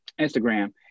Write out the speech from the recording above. Instagram